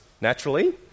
naturally